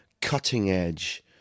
cutting-edge